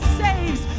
saves